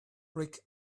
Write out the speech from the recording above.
brake